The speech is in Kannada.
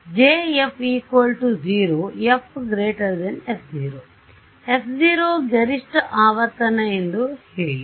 J 0 f f 0 f 0 ಗರಿಷ್ಠ ಆವರ್ತನ ಎಂದು ಹೇಳಿ